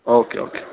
okay okay